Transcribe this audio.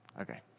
Okay